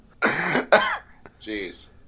Jeez